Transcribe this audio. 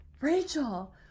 Rachel